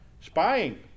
Spying